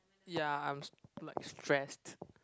ya I'm s~ like stressed